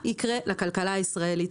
מה יקרה לכלכלה הישראלית?